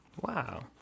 Wow